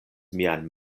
mian